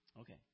Okay